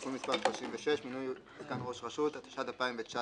(תיקון מס' 36) (מינוי סגן ראש רשות), התשע"ט 2019